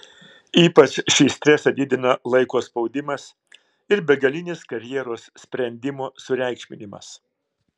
ypač šį stresą didina laiko spaudimas ir begalinis karjeros sprendimo sureikšminimas